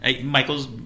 Michael's